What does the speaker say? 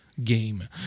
game